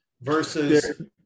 Versus